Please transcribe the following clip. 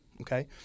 Okay